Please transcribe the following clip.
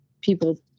people